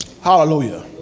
Hallelujah